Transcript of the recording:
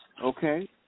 Okay